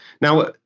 Now